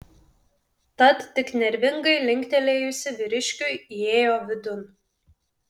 tad tik nervingai linktelėjusi vyriškiui įėjo vidun